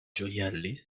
gioielli